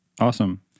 Awesome